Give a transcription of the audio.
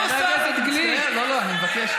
חבר הכנסת גליק, אני מנהל את הישיבה.